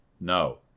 No